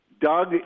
Doug